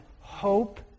hope